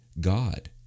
god